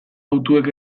hautuek